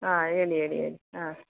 ಹಾಂ ಹೇಳಿ ಹೇಳಿ ಹೇಳಿ ಹಾಂ